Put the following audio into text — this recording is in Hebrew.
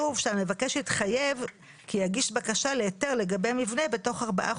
אז תחזור על הטיעון כי התחלתי לספור את הזמן.